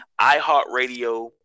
iHeartRadio